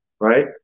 right